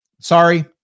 sorry